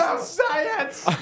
science